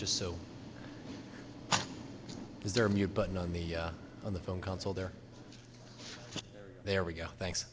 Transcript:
just so is there a mute button on the on the phone console there there we go thanks